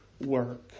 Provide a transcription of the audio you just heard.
work